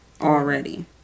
already